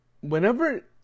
whenever